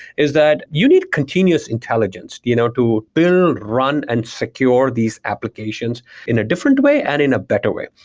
is that you need continuous intelligence you know to build and run and secure these applications in a different way and in a better way.